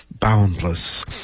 boundless